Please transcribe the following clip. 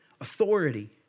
authority